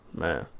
Man